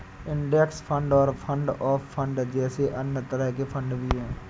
index fund और fund of fund जैसे अन्य तरह के फण्ड भी हैं